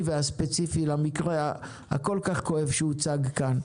והספציפי למקרה הכול כך כואב שהוצג כאן.